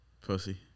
Pussy